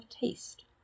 TASTE